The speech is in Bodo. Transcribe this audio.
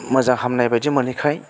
मोजां हामनाय बायदि मोनैखाय